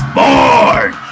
born